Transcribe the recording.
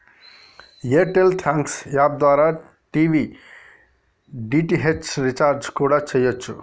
air tell thanks app ద్వారా TV DTH recharge కూడా చెయ్యచ్చు